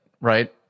right